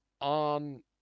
on